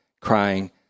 crying